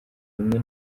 imwe